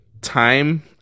time